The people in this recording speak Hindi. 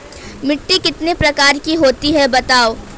मिट्टी कितने प्रकार की होती हैं बताओ?